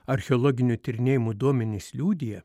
archeologinių tyrinėjimų duomenys liudija